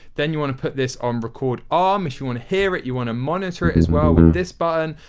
then you want to put this on record arm if you want to hear it, you want to monitor it as well with this button.